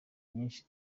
nyinshi